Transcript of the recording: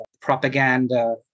propaganda